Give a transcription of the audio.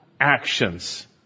actions